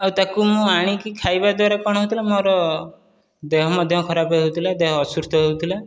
ଆଉ ତାକୁ ମୁଁ ଆଣିକି ଖାଇବା ଦ୍ୱାରା କଣ ହେଉଥିଲା ମୋର ଦେହ ମଧ୍ୟ ଖରାପ ହୋଇଯାଉଥିଲା ଦେହ ଅସୁସ୍ଥ ହେଉଥିଲା